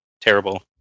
terrible